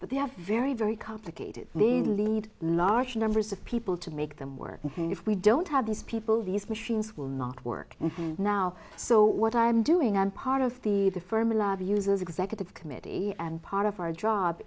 but they have very very complicated they lead large numbers of people to make them work and if we don't have these people these machines will not work now so what i'm doing i'm part of the fermilab uses executive committee and part of our job